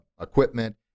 equipment